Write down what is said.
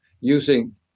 using